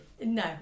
No